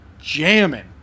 jamming